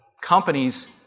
companies